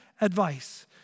advice